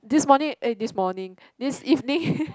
this morning eh this morning this evening